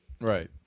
Right